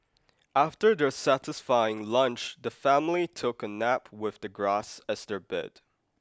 after their satisfying lunch the family took a nap with the grass as their bed